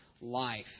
life